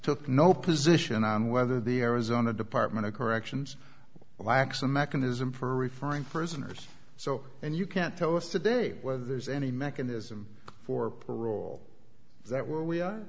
took no position on whether the arizona department of corrections lacks a mechanism for referring prisoners so and you can't tell us to do whether there's any mechanism for parole that we are